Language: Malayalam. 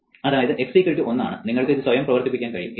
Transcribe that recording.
അതായത് x 1 ആണ് നിങ്ങൾക്ക് ഇത് സ്വയം പ്രവർത്തിക്കാൻ കഴിയും